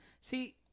see